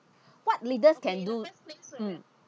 what leaders can do mm